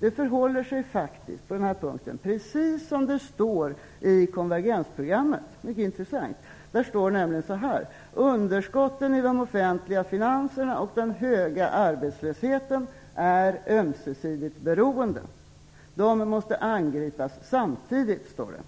Det förhåller sig faktiskt på den här punkten precis som det står i konvergensprogrammet, vilket är mycket intressant: Underskotten i de offentliga finanserna och den höga arbetslösheten är ömsesidigt beroende. De måste angripas samtidigt, står det.